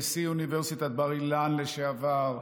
נשיא אוניברסיטת בר-אילן לשעבר,